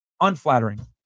unflattering